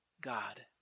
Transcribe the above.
God